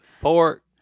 pork